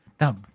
now